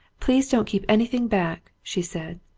please don't keep anything back! she said.